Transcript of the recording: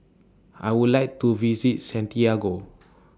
I Would like to visit Santiago